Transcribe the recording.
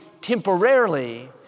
temporarily